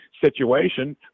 situation